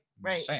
right